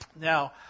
Now